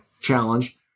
challenge